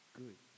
good